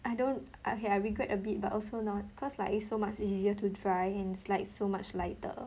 I don't okay I regret a bit but also not cause like it's so much easier to dry and it's like so much lighter